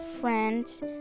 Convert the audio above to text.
friends